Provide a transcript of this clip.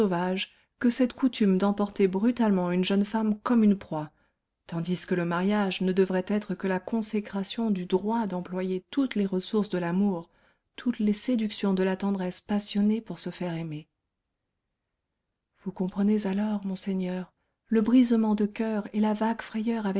que cette coutume d'emporter brutalement une jeune femme comme une proie tandis que le mariage ne devrait être que la consécration du droit d'employer toutes les ressources de l'amour toutes les séductions de la tendresse passionnée pour se faire aimer vous comprenez alors monseigneur le brisement de coeur et la vague frayeur